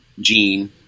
gene